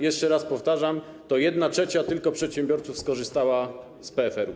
Jeszcze raz powtarzam: tylko jedna trzecia przedsiębiorców skorzystała z PFR-u.